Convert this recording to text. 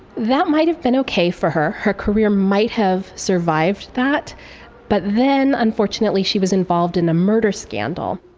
that might have been ok for her, her career might have survived that but then unfortunately she was involved in a murder scandal.